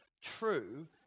true